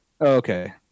okay